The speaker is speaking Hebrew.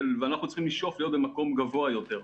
ואנחנו צריכים לשאוף להיות במקום גבוה יותר.